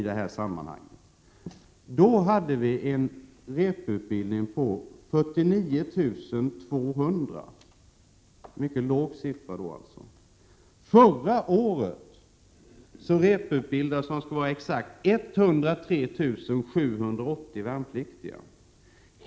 Då gällde repetitionsutbildningen 49 200 man — en mycket låg siffra. Förra året repetitionsutbildades 103 780 värnpliktiga.